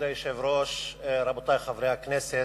כבוד היושב-ראש, רבותי חברי הכנסת,